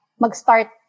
magstart